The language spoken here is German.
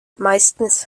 meistens